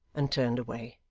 and turned away.